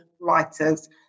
writers